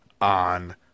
on